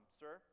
sir